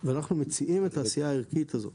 אנחנו מציעים את העשייה הערכית הזאת